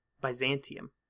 Byzantium